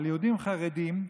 אבל יהודים חרדים,